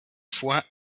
fois